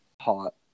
Hot